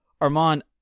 Armand